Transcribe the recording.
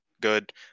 good